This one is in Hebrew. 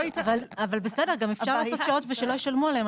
בסדר, אבל גם אפשר לעשות שעות ושלא ישלמו עליהם.